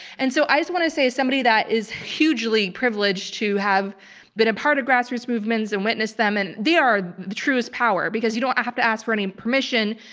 and so i just want to say, as somebody that is hugely privileged to have been a part of grassroots movements and witnessed them, and they are the truest power, because you don't have to ask for any permission.